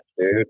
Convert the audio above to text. dude